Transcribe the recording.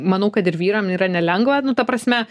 manau kad ir vyram yra nelengva nu ta prasme